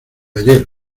ayer